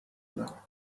کنم